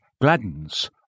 gladdens